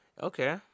Okay